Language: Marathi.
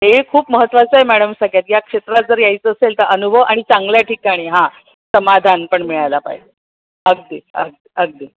ते खूप महत्त्वाचं आहे मॅडम सगळ्यात या क्षेत्रात जर यायचं असेल तर अनुभव आणि चांगल्या ठिकाणी हा समाधान पण मिळायला पाहिजे अगदी अगदी अगदी